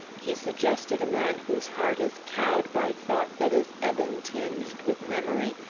he suggested a man whose heart is cowed by thought that is ebon tinged with memory,